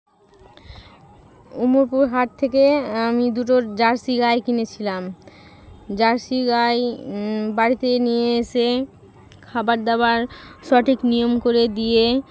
উমোরপুর হাট থেকে আমি দুটো জার্সি গাই কিনেছিলাম জার্সি গাই বাড়িতে নিয়ে এসে খাবার দাবার সঠিক নিয়ম করে দিয়ে